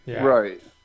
right